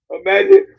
imagine